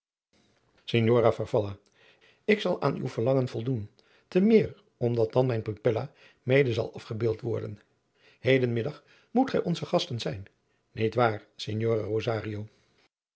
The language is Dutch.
farfalla ik zal aan u verlangen voldoen te meer omdat dan mijne pupila mede zal afgebeeld worden heden middag moet gij onze gasten zijn niet waar